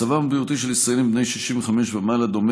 מצבם הבריאותי של ישראלים בני 65 ומעלה דומה